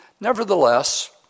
Nevertheless